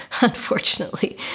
unfortunately